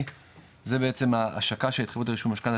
זה בעצם ההשקה של התחייבות לרישום משכנתא